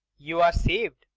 you are saved.